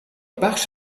بخش